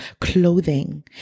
clothing